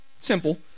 Simple